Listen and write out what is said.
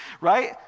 Right